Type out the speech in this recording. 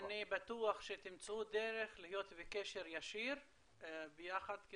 אני בטוח שתמצאו דרך להיות בקשר ישיר ביחד,